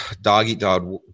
dog-eat-dog